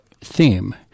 theme